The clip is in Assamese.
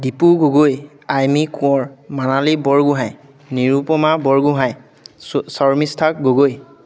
দীপু গগৈ আইমী কোঁৱৰ মানালী বৰগোহাঁই নিৰূপমা বৰগোহাঁই শৰ্মিষ্ঠা গগৈ